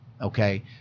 Okay